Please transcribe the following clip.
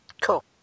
Cool